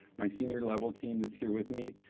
my senior level team that's here with me,